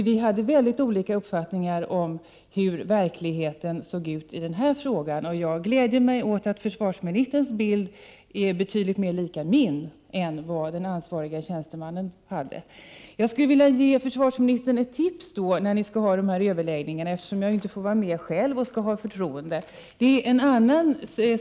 Vi hade mycket olika uppfattningar om hur verkligheten ser ut i denna fråga, och jag gläder mig åt att försvarsministerns bild är betydligt mera lik min än den ansvarige tjänstemannens. Jag skulle vilja ge försvarsministern ett tips inför de förestående överläggningarna, vid vilka jag inte kommer att ha förtroendet att få närvara.